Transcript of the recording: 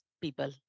people